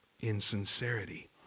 insincerity